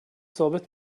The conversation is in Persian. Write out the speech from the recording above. ثابت